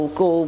go